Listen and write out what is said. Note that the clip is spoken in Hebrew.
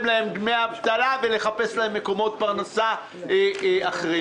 לעובדים דמי אבטלה ולחפש להם מקומות פרנסה אחרים.